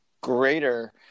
greater